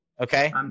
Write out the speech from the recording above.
Okay